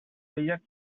deia